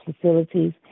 facilities